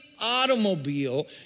automobile